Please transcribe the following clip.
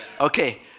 Okay